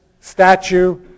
statue